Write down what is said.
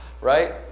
Right